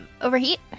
Overheat